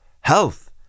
health